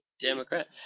Democrat